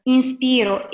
Inspiro